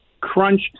crunch